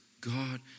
God